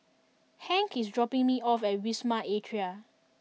Hank is dropping me off at Wisma Atria